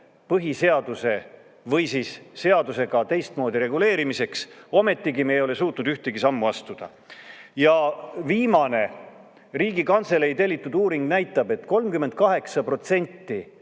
põhiseaduse või seadusega teistmoodi reguleerimiseks. Ometigi me ei ole suutnud ühtegi sammu astuda. Viimane Riigikantselei tellitud uuring näitab, et 38%